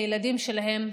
לילדים שלהם,